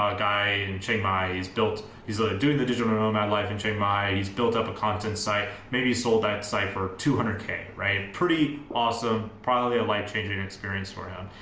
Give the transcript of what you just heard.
ah guy in chiang mai is built, he's doing the digital nomad life in chiang mai. he's built up a content site, maybe sold that site for two hundred. k, right? pretty awesome. probably a life changing experience for him.